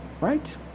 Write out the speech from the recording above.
right